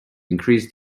increase